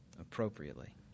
appropriately